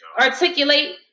articulate